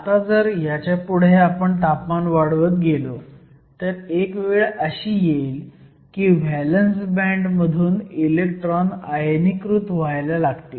आता जर ह्याच्यापुढे आपण तापमान वाढवत गेलो तर एक वेळ अशी येईल की व्हॅलंस बँड मधून इलेक्ट्रॉन आयनीकृत व्हायला लागतील